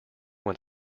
when